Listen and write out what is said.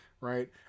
right